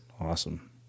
Awesome